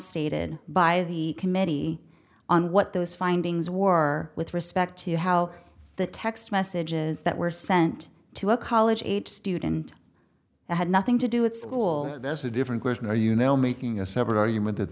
stated by the committee on what those findings war with respect to how the text messages that were sent to a college age student that had nothing to do with school that's a different question are you now making a separate argument that